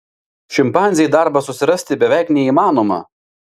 šimpanzei darbą susirasti beveik neįmanoma